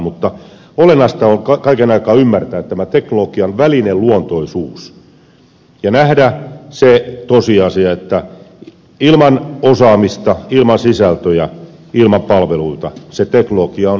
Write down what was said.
mutta olennaista on kaiken aikaa ymmärtää tämä teknologian välineluontoisuus ja nähdä se tosiasia että ilman osaamista ilman sisältöjä ilman palveluita se teknologia on tyhjä sana